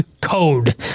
code